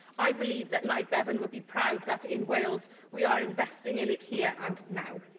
i believe that nye bevan would be proud that in wales we are investing in it here and now.